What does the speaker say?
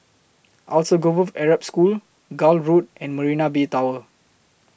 Alsagoff Arab School Gul Road and Marina Bay Tower